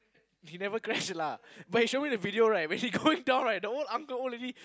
he never crash lah but he show me the video right the old uncle old lady